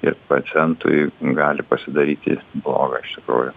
ir pacientui gali pasidaryti bloga iš tikrųjų